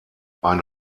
ein